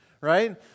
right